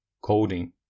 coding